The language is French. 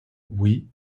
oui